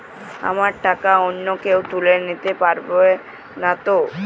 আমার টাকা অন্য কেউ তুলে নিতে পারবে নাতো?